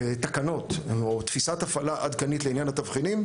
תקנות או תפיסת הפעלה עדכנית לעניין התבחינים.